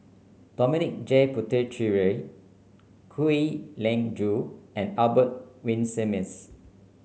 Dominic J Puthucheary Kwek Leng Joo and Albert Winsemius